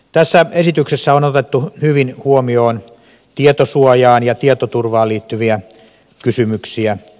tässä esityksessä on otettu hyvin huomioon tietosuojaan ja tietoturvaan liittyviä kysymyksiä